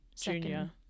junior